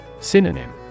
Synonym